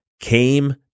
came